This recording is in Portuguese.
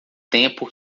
tempo